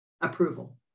approval